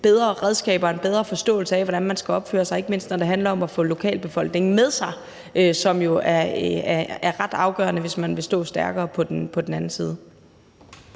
bedre redskaber og en bedre forståelse af, hvordan man skal opføre sig, ikke mindst når det handler om at få lokalbefolkningen med sig, hvilket jo er ret afgørende, hvis man vil stå stærkere på den anden side.